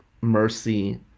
mercy